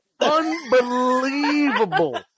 Unbelievable